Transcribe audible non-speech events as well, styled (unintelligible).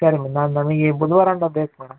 ಸರಿ ಮೇಡಮ್ ನಾವು ನಮಗ್ ಈ ಬುಧವಾರ (unintelligible) ಬೇಕು ಮೇಡಮ್